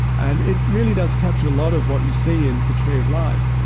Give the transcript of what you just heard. and it really does capture a lot of what you see in the tree of life.